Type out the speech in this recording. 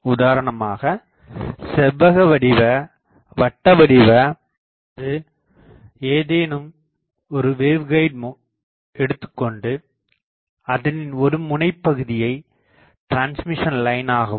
உதாரணமாகச் செவ்வகவடிவ வட்டவடிவ அல்லது ஏதேனும் ஒரு வேவ்கைடு எடுத்துகொண்டு அதனின் ஒரு முனைப்பகுதியை டிரான்ஸ்மிஷன் லைன் ஆகவும்